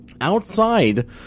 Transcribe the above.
outside